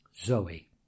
Zoe